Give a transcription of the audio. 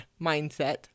mindset